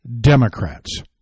Democrats